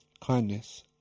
Kindness